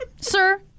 sir